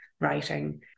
writing